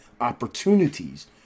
opportunities